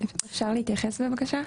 אפשר להתייחס בבקשה?